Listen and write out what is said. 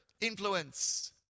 Influence